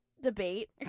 debate